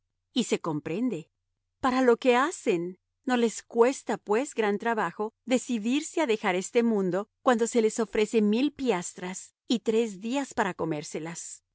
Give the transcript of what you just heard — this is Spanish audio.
y se comprende para lo que hacen no les cuesta pues gran trabajo decidirse a dejar este mundo cuando se les ofrece mil piastras y tres días para comérselas